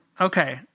Okay